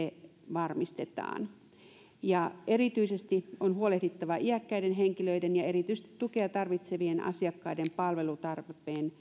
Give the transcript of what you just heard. varmistetaan erityisesti on huolehdittava iäkkäiden henkilöiden ja erityisesti tukea tarvitsevien asiakkaiden palvelutarpeen